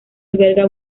alberga